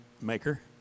maker